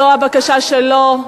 זו הבקשה שלו.